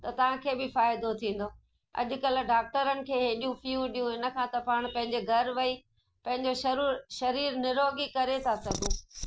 त त भी फ़ाइदो थींदो अॼकल्ह डाक्टरनि खे हेॾियूं फ़ीयूं ॾियूं इन खां त पाण पंहिंजे घर वई पंहिंजो शरीर शरीर निरोॻी करे था सघूं